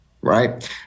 Right